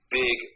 big